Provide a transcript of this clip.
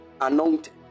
anointed